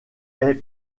est